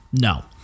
No